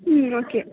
ம் ஓகே